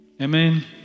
Amen